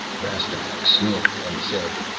rastignac snorted and said,